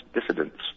dissidents